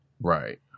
right